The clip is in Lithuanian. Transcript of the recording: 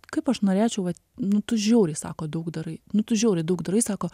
kaip aš norėčiau vat nu tu žiauriai sako daug darai nu tu žiauriai daug darai sako